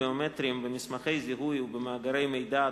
ביומטריים במסמכי זיהוי ובמאגר מידע,